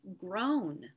grown